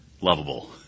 lovable